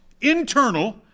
internal